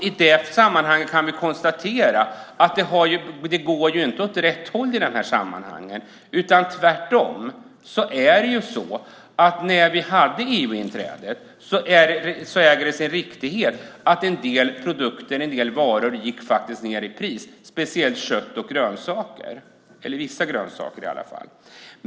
I det sammanhanget kan vi konstatera att det inte går åt rätt håll, tvärtom. Det äger sin riktighet att en del produkter och varor gick ned i pris vid EU-inträdet, speciellt kött och vissa grönsaker.